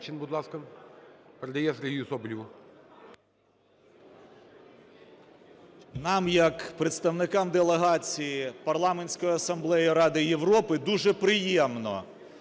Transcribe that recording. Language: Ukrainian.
Нам як представникам делегації Парламентської асамблеї Ради Європи дуже приємно,